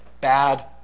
bad